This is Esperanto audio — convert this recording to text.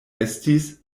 estis